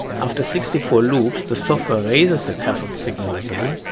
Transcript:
after sixty four loops, the software raises the cathode signal again,